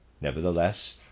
Nevertheless